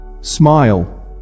Smile